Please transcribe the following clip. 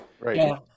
Right